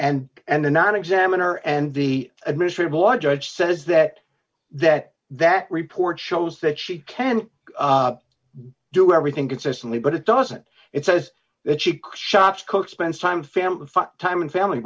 and and anon examiner and the administrative law judge says that that that report shows that she can do everything consistently but it doesn't it says that she could shop cook spends time sam time and family